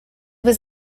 was